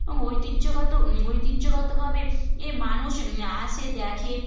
এবং ঐতিহ্যগত ঐতিহ্যগতভাবে এ মানুষ আসে দেখে